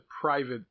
private